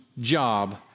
job